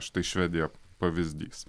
štai švedija pavyzdys